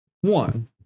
one